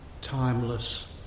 timeless